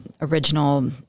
original